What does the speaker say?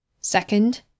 Second